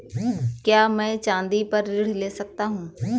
क्या मैं चाँदी पर ऋण ले सकता हूँ?